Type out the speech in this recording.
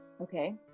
okay